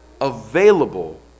available